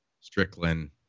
Strickland